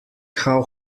how